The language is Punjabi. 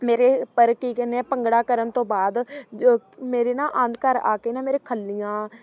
ਮੇਰੇ ਪਰ ਕੀ ਕਹਿੰਦੇ ਆ ਭੰਗੜਾ ਕਰਨ ਤੋਂ ਬਾਅਦ ਮੇਰੇ ਨਾ ਆਉਣ ਘਰ ਆ ਕੇ ਨਾ ਮੇਰੇ ਖੱਲੀਆਂ